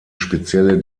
spezielle